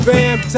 Bam